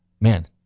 Man